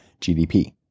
GDP